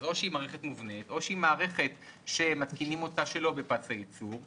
או שהיא מערכת מובנית או שהיא מערכת שמתקינים אותה שלא בפס הייצור,